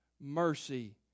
mercy